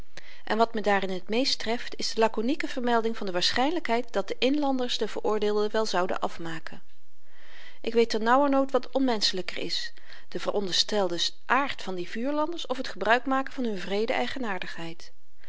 en wat me daarin t meest treft is de lakonieke vermelding van de waarschynlykheid dat de inlanders den veroordeelde wel zouden afmaken ik weet ter nauwernood wat onmenschelyker is de veronderstelde aard van die vuurlanders of t gebruik maken van hun wreede